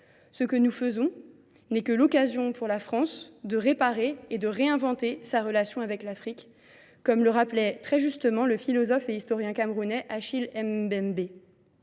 Ce que nous faisons n'est que l'occasion pour la France de réparer et de réinventer sa relation avec l'Afrique, comme le rappelait très justement le philosophe et historien camerounais Achille Mbembe.